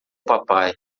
papai